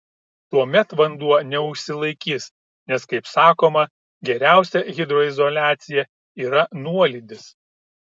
tuomet vanduo neužsilaikys nes kaip sakoma geriausia hidroizoliacija yra nuolydis